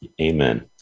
Amen